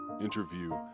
interview